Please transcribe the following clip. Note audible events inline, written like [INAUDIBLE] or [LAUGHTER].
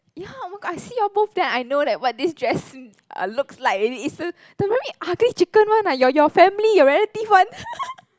ya oh my god I see you all both then I know that what this dress looks like already it's the the very ugly chicken one ah your your family your relative one [LAUGHS]